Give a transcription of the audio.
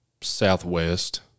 southwest